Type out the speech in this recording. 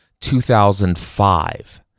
2005